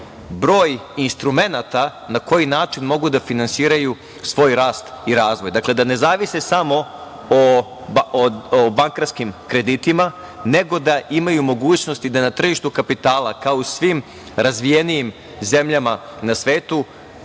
broj instrumenata na koji način mogu da finansiraju svoj rast i razvoj, dakle, da ne zavise samo o bankarskim kreditima, nego da imaju mogućnost i da na tržištu kapitala, kao u svim razvijenijim zemljama na svetu,